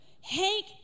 Hank